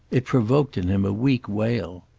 it provoked in him a weak wail.